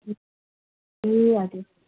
ए हजुर